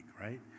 right